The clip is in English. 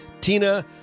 Tina